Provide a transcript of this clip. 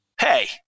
Hey